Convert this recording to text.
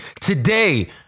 today